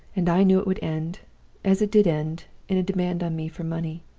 and i knew it would end as it did end in a demand on me for money.